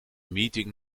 meeting